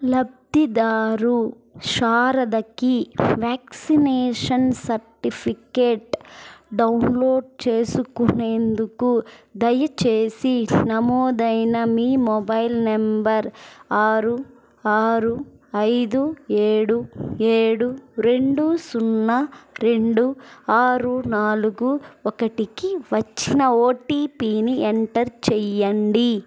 లబ్ధిదారు శారదకి vaccination certificate download చేసుకునేందుకు దయచేసి నమోదైన మీ మొబైల్ నంబర్ ఆరు ఆరు ఐదు ఏడు ఏడు రెండు సున్నా రెండు ఆరు నాలుగు ఒకటికి వచ్చిన ఓటిపిని ఎంటర్ చెయ్యండి